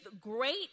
great